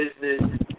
Business